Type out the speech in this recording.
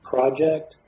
Project